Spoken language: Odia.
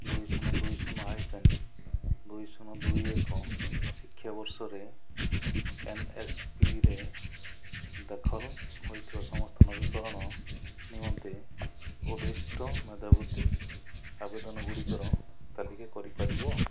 ଦୁଇ ଶୂନ ଦୁଇ ଶୂନ ହାଇପେନ୍ ଦୁଇ ଶୂନ ଦୁଇ ଏକ ଶିକ୍ଷାବର୍ଷରେ ଏନ୍ଏସ୍ପିରେ ଦାଖଲ ହୋଇଥିବା ସମସ୍ତ ନବୀକରଣ ନିମନ୍ତେ ଉଦ୍ଦିଷ୍ଟ ମେଧାବୃତ୍ତି ଆବେଦନ ଗୁଡ଼ିକ ତାଲିକା କରିପାରିବ